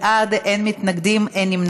21 חברי כנסת בעד, אין מתנגדים, אין נמנעים.